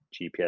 GPS